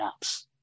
apps